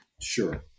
Sure